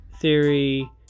Theory